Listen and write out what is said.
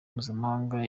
mpuzamahanga